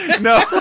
No